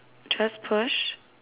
just push